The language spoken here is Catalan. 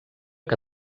que